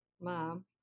Mom